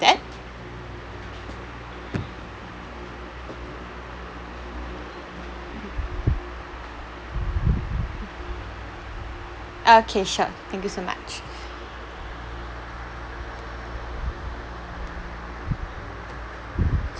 that okay sure thank you so much